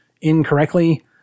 Incorrectly